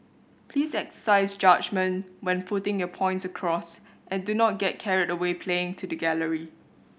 please exercise judgement when putting your points across and do not get carried away playing to the gallery